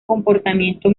comportamiento